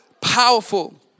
powerful